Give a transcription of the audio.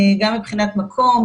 גם מבחינת מקום,